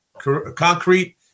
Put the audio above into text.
concrete